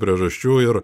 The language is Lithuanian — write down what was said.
priežasčių ir